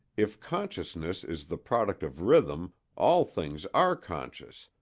if consciousness is the product of rhythm all things are conscious,